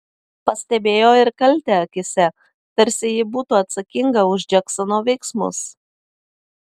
pastebėjo ir kaltę akyse tarsi ji būtų atsakinga už džeksono veiksmus